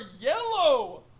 yellow